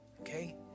Okay